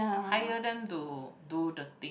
hire them to do the thing